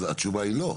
אז התשובה היא לא.